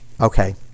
Okay